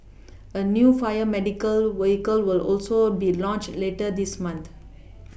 a new fire medical vehicle will also be launched later this month